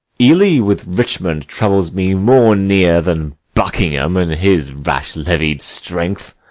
ely with richmond troubles me more near than buckingham and his rash-levied strength.